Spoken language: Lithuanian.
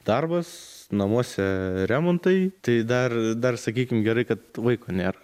darbas namuose remontai tai dar dar sakykim gerai kad vaiko nėra